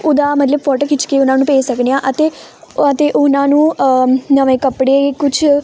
ਉਹਦਾ ਮਤਲਬ ਫੋਟੋ ਖਿੱਚ ਕੇ ਉਹਨਾਂ ਨੂੰ ਭੇਜ ਸਕਨੇ ਹਾਂ ਅਤੇ ਅਤੇ ਉਹਨਾਂ ਨੂੰ ਨਵੇਂ ਕੱਪੜੇ ਕੁਛ